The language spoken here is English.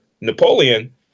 Napoleon